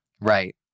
Right